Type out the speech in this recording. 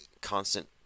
constant